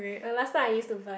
and last time I used to